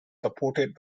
supported